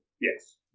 Yes